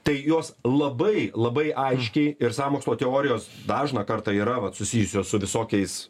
tai jos labai labai aiškiai ir sąmokslo teorijos dažną kartą yra vat susijusios su visokiais